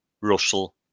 Russell